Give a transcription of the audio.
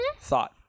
thought